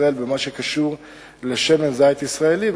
ישראל במה שקשור לשמן זית ישראלי.